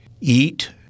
eat